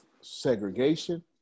segregation